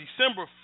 December